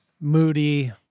Moody